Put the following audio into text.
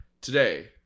Today